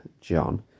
John